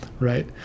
Right